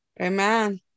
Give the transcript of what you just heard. Amen